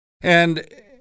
And-